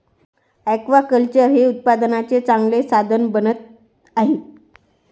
aquaculture हे उत्पन्नाचे चांगले साधन बनत आहे